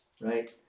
right